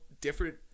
different